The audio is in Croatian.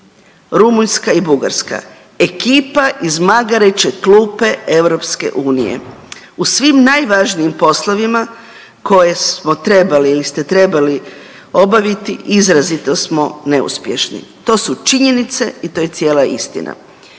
Rumunjska i Bugarska ekipa iz magareće klupe EU. U svim najvažnijim poslovima koje smo trebali ili ste trebali obaviti izrazito smo neuspješni. To su činjenice i to je cijela istina.